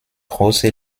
große